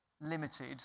limited